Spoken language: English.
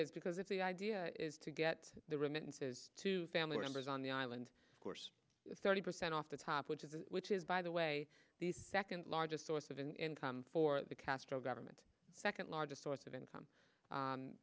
is because if the idea is to get the remittances to family members on the island of course thirty percent off the top which is which is by the way the second largest source of in time for the castro government second largest source of